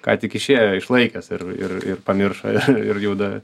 ką tik išėjo išlaikęs ir ir ir pamiršo ir juda